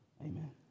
amen